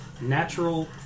natural